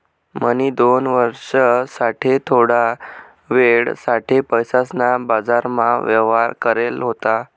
म्हणी दोन वर्ष साठे थोडा वेळ साठे पैसासना बाजारमा व्यवहार करेल होता